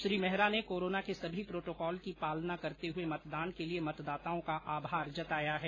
श्री मेहरा ने कोरोना के सभी प्रोटोकॉल की पालना करते हुए मतदान के लिए मतदाताओं का आभार जताया है